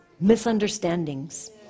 misunderstandings